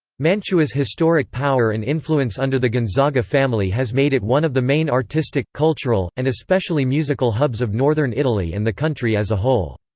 mantua's historic power and influence under the gonzaga family has made it one of the main artistic, cultural, and especially musical hubs of northern italy and the country as a whole.